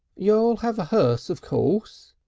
you'll have a hearse of course,